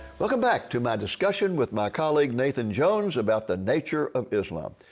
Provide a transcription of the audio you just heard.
welcome back to my discussion with my colleague, nathan jones about the nature of islam.